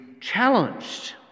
challenged